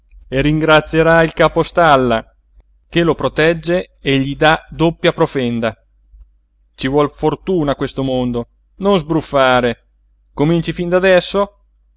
e ringrazierai il capostalla che lo protegge e gli dà doppia profenda ci vuol fortuna a questo mondo non sbruffare cominci fin d'adesso